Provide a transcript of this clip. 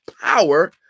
power